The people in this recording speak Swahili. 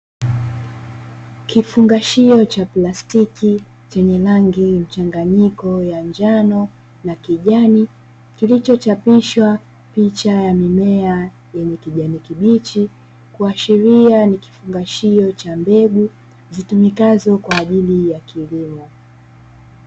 Kifungashio cha plastiki chenye rangi mchanganyiko ya njano na kijani, kilichochapisha picha ya mimea yenye kijani kibichi, kuashiria ni kifungashio cha mbegu zitumikazo kwaajili ya kilimo.